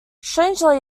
strangely